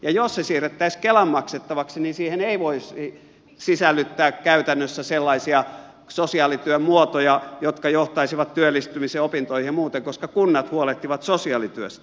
ja jos se siirrettäisiin kelan maksettavaksi niin siihen ei voisi sisällyttää käytännössä sellaisia sosiaalityön muotoja jotka johtaisivat työllistymiseen opintoihin ja muihin koska kunnat huolehtivat sosiaalityöstä